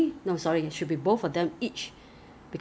那个那个 cloth 的那个 reusable 的